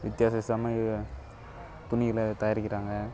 வித்தியாச துணியில தயாரிக்கிறாங்க